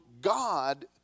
God